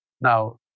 Now